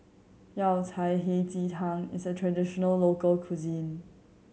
Yao Cai Hei Ji Tang is a traditional local cuisine